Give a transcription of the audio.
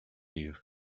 you